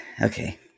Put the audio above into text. Okay